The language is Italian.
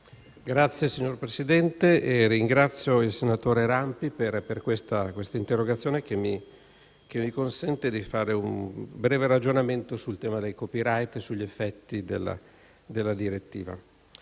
Signor Presidente, ringrazio il senatore Rampi per questa interrogazione che mi consente di fare un breve ragionamento sul tema del *copyright* e sugli effetti della direttiva.